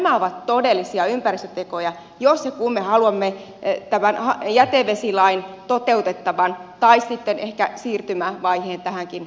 nämä ovat todellisia ympäristötekoja jos ja kun me haluamme tämän jätevesilain toteutettavan tai sitten ehkä siirtymävaiheen tähänkin lakiin